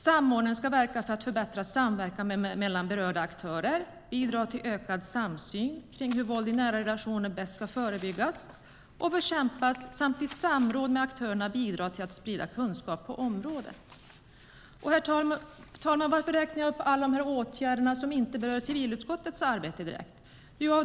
Samordnaren ska verka för att förbättra samverkan mellan berörda aktörer, bidra till ökad samsyn om hur våld i nära relationer bäst ska förebyggas och bekämpas samt i samråd med aktörerna bidra till att sprida kunskap på området. Herr talman! Varför räknar jag upp alla de åtgärder som inte berör civilutskottets arbete?